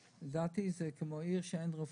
לדעתי זה כמו עיר שאין בה רפואה.